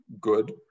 good